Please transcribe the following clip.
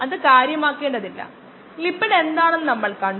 ഔ സമയത്തിനൊപ്പം X ന്റെ വ്യത്യാസം നൽകി